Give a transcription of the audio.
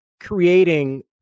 creating